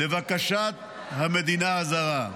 לבקשת המדינה הזרה.